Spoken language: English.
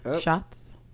shots